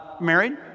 married